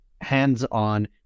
hands-on